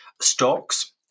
Stocks